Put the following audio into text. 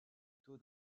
taux